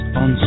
on